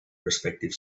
prospective